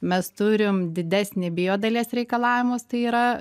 mes turim didesnį bio dalies reikalavimus tai yra